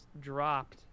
dropped